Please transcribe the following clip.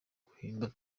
guhimba